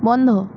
বন্ধ